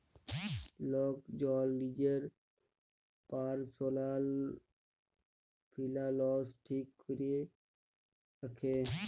lock জল লিজের পারসলাল ফিলালস ঠিক ক্যরে রাখে